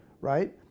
right